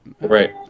right